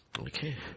Okay